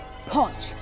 punch